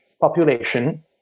population